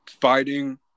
fighting